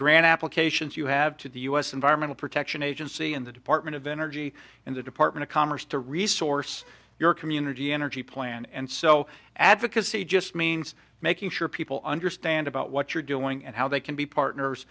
grant applications you have to the u s environmental protection agency and the department of energy and the department of commerce to resource your community energy plan and so advocacy just means making sure people understand about what you're doing and how they can be partners